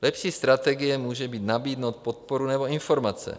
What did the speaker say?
Lepší strategie může být nabídnout podporu nebo informace.